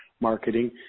marketing